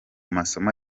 masomo